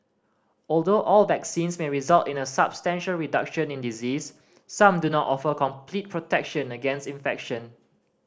although all vaccines may result in a substantial reduction in disease some do not offer complete protection against infection